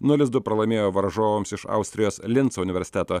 nulis du pralaimėjo varžovams iš austrijos linco universiteto